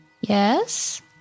Yes